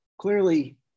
clearly